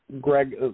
Greg